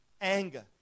anger